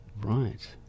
Right